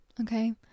Okay